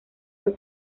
fue